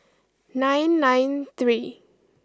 nine nine three